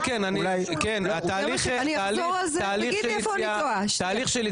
תהליך של יציאה,